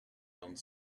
done